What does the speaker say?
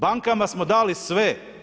Bankama smo dali sve.